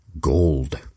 gold